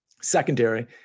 secondary